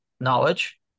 knowledge